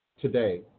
today